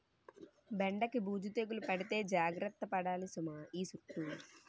బెండకి బూజు తెగులు పడితే జాగర్త పడాలి సుమా ఈ సుట్టూ